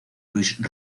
luis